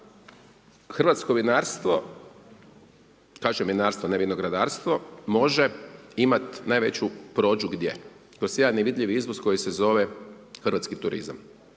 hrvatsko vinarstvo, kažem vinarstvo, ne vinogradarstvo može imati najveću prođu gdje? Kroz jedan nevidljiv izvoz koji se zove hrvatski turizam.